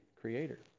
creator